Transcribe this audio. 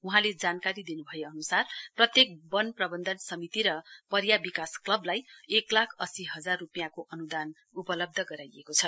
वहाँले जानकारी दिनु भए अनुसार प्रत्येक वन प्रवन्धन समिति र पर्या विकास क्लवलाई एक लाख अस्सी हजार रूपियाँको अनुदान उपलब्ध गराइएको छ